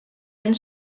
and